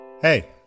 Hey